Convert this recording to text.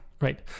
right